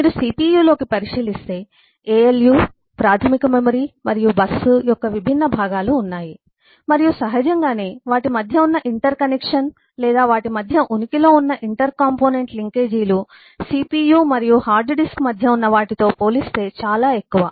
మీరు CPU లోకి పరిశీలిస్తే ALU ప్రాధమిక మెమరీ మరియు బస్సు యొక్క విభిన్న భాగాలు ఉన్నాయి మరియు సహజంగానే వాటి మధ్య ఉన్న ఇంటర్ కనెక్షన్ లేదా వాటి మధ్య ఉనికిలో ఉన్న ఇంటర్ కాంపోనెంట్ లింకేజీలు CPU మరియు హార్డ్ డిస్క్ మధ్య ఉన్న వాటితో పోలిస్తే చాలా ఎక్కువ